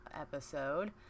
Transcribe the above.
episode